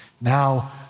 now